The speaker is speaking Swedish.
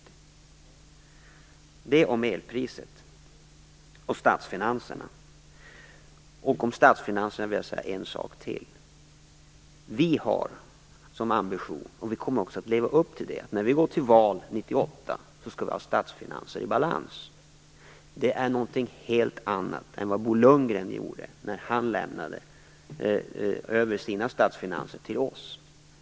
Det var vad jag ville säga om elpriset och statsfinanserna. Om statsfinanserna vill jag säga en sak till. Vi har som ambition - och vi kommer att leva upp till det - att när vi går till val 1998 skall vi ha statsfinanser i balans. Det är någonting helt annat än Bo Lundgren gjorde när han lämnade över sina statsfinanser till oss.